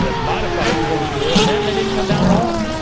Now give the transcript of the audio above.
ah modified closed rule and then they didn't come down at all.